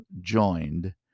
joined